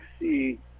see